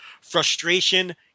frustration